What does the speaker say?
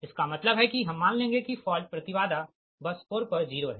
इसका मतलब है कि हम मान लेंगे कि फॉल्ट प्रति बाधा बस 4 पर 0 है